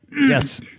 Yes